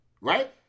right